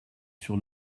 sur